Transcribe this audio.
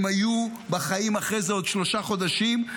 הם היו בחיים אחרי זה עוד שלושה חודשים,